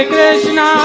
Krishna